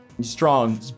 Strong